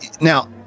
now